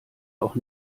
auch